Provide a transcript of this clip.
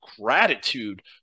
gratitude